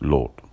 Lord